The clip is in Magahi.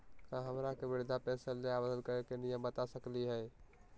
का हमरा के वृद्धा पेंसन ल आवेदन करे के नियम बता सकली हई?